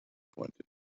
pointed